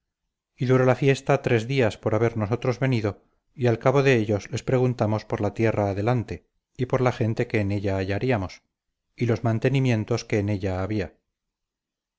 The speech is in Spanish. y duró la fiesta tres días por haber nosotros venido y al cabo de ellos les preguntamos por la tierra adelante y por la gente que en ella hallaríamos y los mantenimientos que en ella había